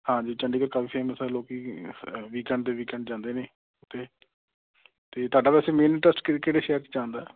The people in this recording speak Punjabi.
ਹਾਂਜੀ ਚੰਡੀਗੜ੍ਹ ਕਾਫੀ ਫੇਮਸ ਹੈ ਲੋਕ ਵੀਕੈਂਡ ਦੇ ਵੀਕੈਂਡ ਜਾਂਦੇ ਨੇ ਅਤੇ ਅਤੇ ਤੁਹਾਡਾ ਵੈਸੇ ਮੇਨ ਇੰਟਰੇਸਟ ਕਿ ਕਿਹੜੇ ਸ਼ਹਿਰ ਜਾਣ ਦਾ